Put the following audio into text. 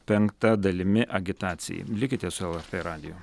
penkta dalimi agitacijai likite su lrt radiju